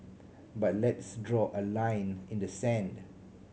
but let's draw a line in the sand